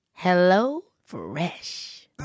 HelloFresh